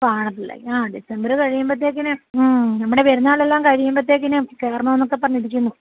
കാണത്തില്ല ആ ഡിസംബറ് കഴിയുമ്പോഴത്തേക്കും നമ്മുടെ പെരുന്നാളെല്ലാം കഴിയുമ്പോഴത്തേക്കും കയറണമെന്നൊക്കെ പറഞ്ഞിരിക്കുന്നു